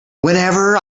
whenever